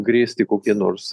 grėsti kokie nors